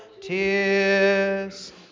tears